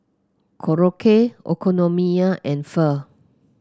Korokke Okonomiyaki and Pho